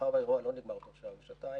מאחר והאירוע לא נגמר בתוך שעה או שעתיים,